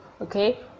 okay